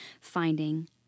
finding